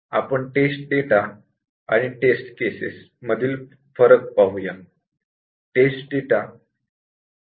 आता test data आणि test cases मधील फरक पाहू या